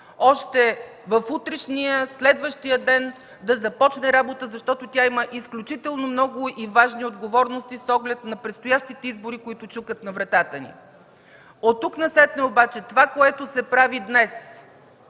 още в утрешния, в следващия ден да започне работа, защото има изключително много и важни отговорности с оглед на предстоящите избори, които чукат на вратата ни. От тук насетне обаче това, което се прави днес